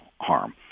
harm